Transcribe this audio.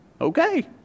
Okay